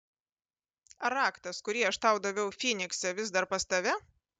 ar raktas kurį aš tau daviau fynikse vis dar pas tave